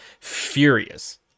furious